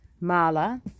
Mala